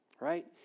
right